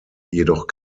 jedoch